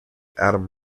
adam